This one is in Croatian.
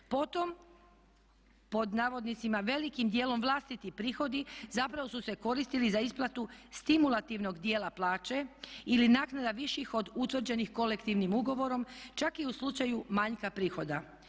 Potom "velikim djelom vlastiti prihodi" zapravo su se koristili za isplatu stimulativnog djela plaće ili naknada viših od utvrđenih kolektivnim ugovorom čak i u slučaju manjka prihoda.